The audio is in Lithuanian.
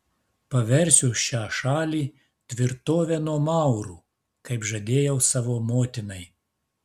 paversiu šią šalį tvirtove nuo maurų kaip žadėjau savo motinai